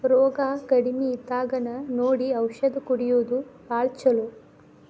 ರೋಗಾ ಕಡಮಿ ಇದ್ದಾಗನ ನೋಡಿ ಔಷದ ಹೊಡಿಯುದು ಭಾಳ ಚುಲೊ